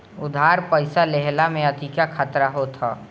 उधार पईसा लेहला में अधिका खतरा होत हअ